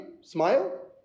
smile